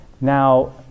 now